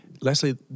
Leslie